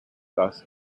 thus